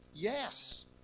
Yes